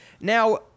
Now